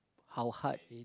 how high